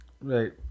Right